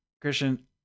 Christian